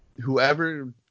whoever